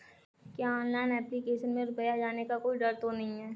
क्या online application में रुपया जाने का कोई डर तो नही है?